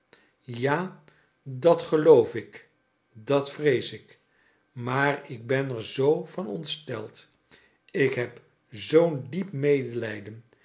ja dat geloof ik dat vrees ik maar ik ben er zoo van ontsteld ik heb zoo'n diep medelijden